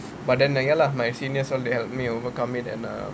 but then ya lah my seniors all they help me overcome it and err